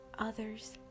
Others